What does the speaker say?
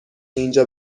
اینجا